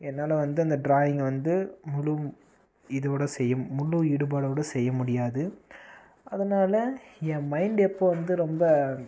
என்னால் வந்து அந்த டிராயிங்கை வந்து முழு இதோடு செய்ய முழு ஈடுபாடோடு செய்ய முடியாது அதனால் என் மைண்ட் எப்போது வந்து ரொம்ப